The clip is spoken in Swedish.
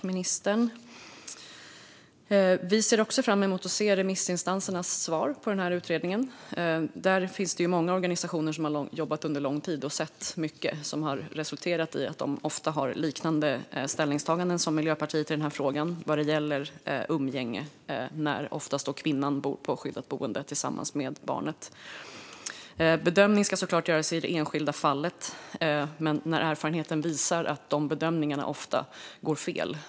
Fru talman! Vi ser också fram emot remissinstansernas svar på denna utredning. Där finns det många organisationer som har jobbat under lång tid och som har sett mycket, vilket har resulterat i att de ofta har liknande ställningstaganden som Miljöpartiet vad gäller frågan om umgänge när kvinnan, oftast, bor i skyddat boende tillsammans med barnet. Bedömningar ska såklart göras i det enskilda fallet, men erfarenheten visar att bedömningarna ofta går fel.